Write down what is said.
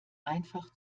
einfach